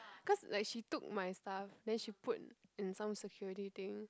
cause like she took my stuff then she put in some security thing